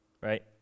right